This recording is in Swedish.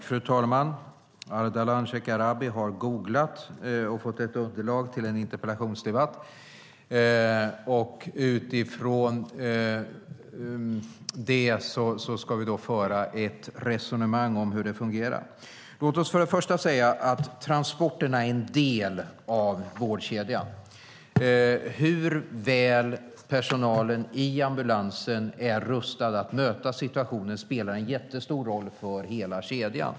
Fru talman! Ardalan Shekarabi har googlat och fått ett underlag till en interpellationsdebatt, och utifrån det ska vi då föra ett resonemang om hur det fungerar. Låt mig först säga att transporterna är en del av vårdkedjan. Hur väl personalen i ambulansen är rustad att möta en situation spelar en jättestor roll för hela kedjan.